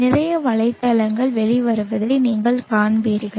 நிறைய வலைத்தளங்கள் வெளிவருவதை நீங்கள் காண்பீர்கள்